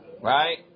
Right